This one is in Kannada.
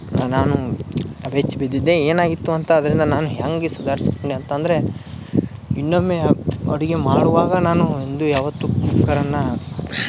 ನಾನು ಬೆಚ್ಬಿದ್ದಿದ್ದೆ ಏನಾಗಿತ್ತು ಅಂತ ಅದರಿಂದ ನಾನು ಹೇಗೆ ಸುಧಾರ್ಸ್ಕೊಂಡೆ ಅಂತಂದರೆ ಇನ್ನೊಮ್ಮೆ ಅಡುಗೆ ಮಾಡುವಾಗ ನಾನು ಒಂದು ಯಾವತ್ತು ಕುಕ್ಕರನ್ನು